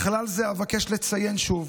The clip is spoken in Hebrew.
בכלל זה אבקש לציין שוב